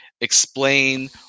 explain